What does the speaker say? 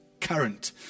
current